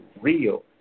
real